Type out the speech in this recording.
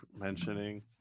mentioning